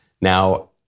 Now